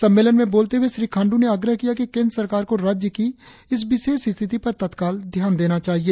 सम्मेलन में बोलते हुए श्री खांडू ने आग्रह किया कि केंद्र सरकार को राज्य की इस विशेष स्थिति पर तत्काल ध्यान देना चाहिए